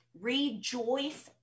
rejoice